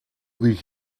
үгийг